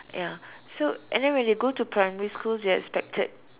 ya so and then when they go to primary school they are expected